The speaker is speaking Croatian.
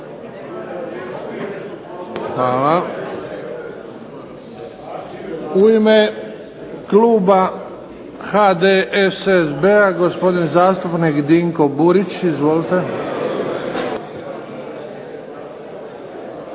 Hvala. U ime kluba HDSSB-a, gospodin zastupnik Dinko Burić. Izvolite.